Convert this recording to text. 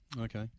Okay